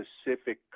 specific